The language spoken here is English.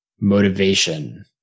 motivation